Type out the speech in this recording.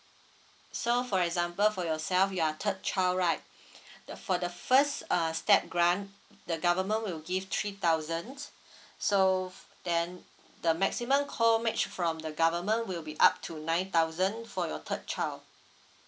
so for example for yourself you are third child right the for the first uh step grant the government will give three thousands so then the maximum co match from the government will be up to nine thousand for your third child